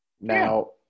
Now